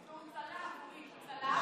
את מבינה את האבסורד.